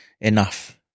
enough